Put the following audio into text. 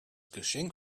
geschenk